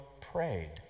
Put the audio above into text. prayed